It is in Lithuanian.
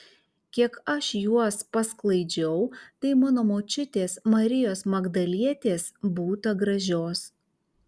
kiek aš juos pasklaidžiau tai mano močiutės marijos magdalietės būta gražios